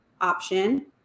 option